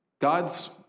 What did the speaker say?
God's